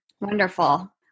wonderful